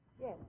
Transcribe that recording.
Yes